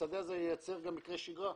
השדה הזה ייַצר גם מקרי שגרה.